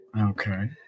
Okay